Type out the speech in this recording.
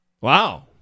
Wow